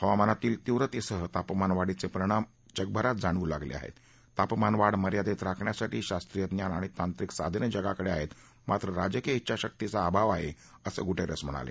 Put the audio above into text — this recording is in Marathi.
हवामानातील तीव्रतस्हि तापमानवाढीच प्रिरणाम जगभरात जाणवू लागल श्राहत्त तापमानवाढ मर्यादत्तराखण्यासाठी शास्त्रीय ज्ञान आणि तांत्रिक साधन ज्ञगाकड श्राहत्त मात्र राजकीय डेछाशक्तीचा अभाव असल्याचं गुटर्सि म्हणाल